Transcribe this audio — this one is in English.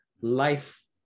life